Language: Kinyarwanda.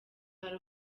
hari